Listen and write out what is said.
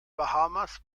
bahamas